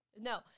no